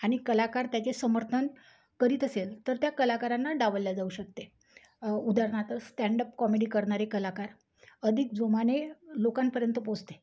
आणि कलाकार त्याचे समर्थन करीत असेल तर त्या कलाकारांना डावलले जाऊ शकते उदाहरणार्थ स्टँडअप कॉमेडी करणारे कलाकार अधिक जोमाने लोकांपर्यंत पोचते